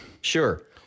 sure